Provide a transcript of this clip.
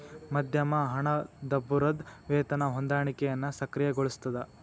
ಮಧ್ಯಮ ಹಣದುಬ್ಬರದ್ ವೇತನ ಹೊಂದಾಣಿಕೆಯನ್ನ ಸಕ್ರಿಯಗೊಳಿಸ್ತದ